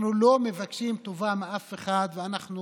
אנחנו לא מבקשים טובה מאף אחד, ואנחנו